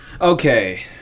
Okay